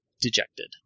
dejected